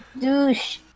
douche